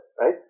right